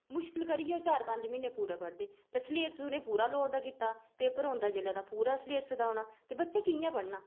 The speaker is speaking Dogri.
मुश्कल करियै ओह् चार पंज म्हीने पूरा पढ़दे ते सिलेबस उनेंगी पूरा लोड़दा कीता दा पेपर औंदा जेल्लै तां पूरे सिलेबस दा औना ते बच्चें कियां पढ़ना